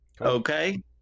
Okay